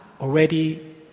already